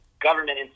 government